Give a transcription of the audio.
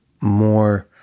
more